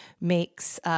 makes –